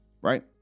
Right